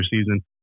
season